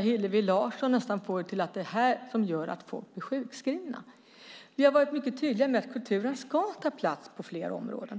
Hillevi Larsson får det nästan till att det är det här som gör att folk blir sjukskrivna. Vi har mycket tydliga med att kulturen ska ta plats på flera områden.